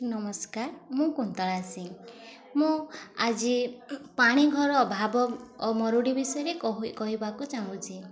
ନମସ୍କାର ମୁଁ କୁନ୍ତଳା ସିଂ ମୁଁ ଆଜି ପାଣି ଘର ଅଭାବ ମରୁଡ଼ି ବିଷୟରେ କହିବାକୁ ଚାହୁଁଛି